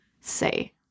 say